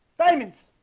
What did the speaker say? diamonds